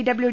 W